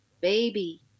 baby